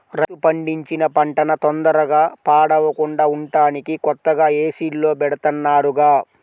రైతు పండించిన పంటన తొందరగా పాడవకుండా ఉంటానికి కొత్తగా ఏసీల్లో బెడతన్నారుగా